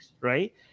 right